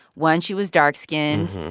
one, she was dark-skinned,